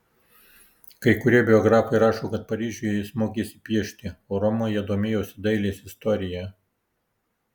kai kurie biografai rašo kad paryžiuje jis mokėsi piešti o romoje domėjosi dailės istorija